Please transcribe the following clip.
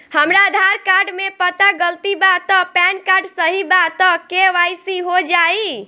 हमरा आधार कार्ड मे पता गलती बा त पैन कार्ड सही बा त के.वाइ.सी हो जायी?